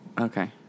Okay